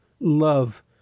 love